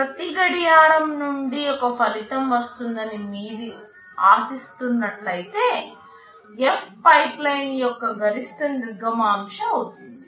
ప్రతి గడియారం నుండి ఒక ఫలితం వస్తుందని మీరు ఆశిస్తున్నట్లయితే f పైప్లైన్ యొక్క గరిష్ట నిర్గమాంశ అవుతుంది